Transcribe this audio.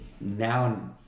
now